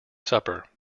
supper